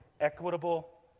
equitable